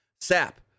Sap